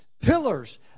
pillars